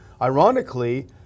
Ironically